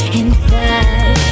inside